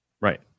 right